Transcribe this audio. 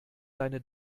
deine